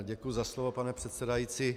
Děkuji za slovo, pane předsedající.